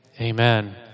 amen